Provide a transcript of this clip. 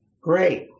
Great